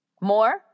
more